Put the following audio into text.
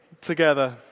together